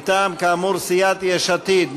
מטעם, כאמור, סיעת יש עתיד.